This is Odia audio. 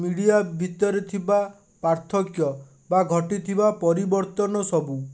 ମିଡ଼ିଆ ଭିତରେ ଥିବା ପାର୍ଥକ୍ୟ ବା ଘଟିଥିବା ପରିବର୍ତ୍ତନ ସବୁ